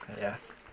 Yes